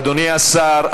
אדוני השר,